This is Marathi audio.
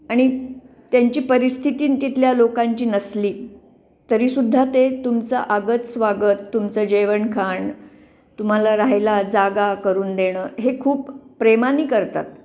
आणि त्यांची परिस्थिती तितथल्या लोकांची नसली तरी सुद्धा ते तुमचं आगत स्वागत तुमचं जेवण खाण तुम्हाला राहायला जागा करून देणं हे खूप प्रेमाने करतात